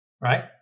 right